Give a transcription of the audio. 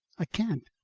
i can't.